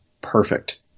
perfect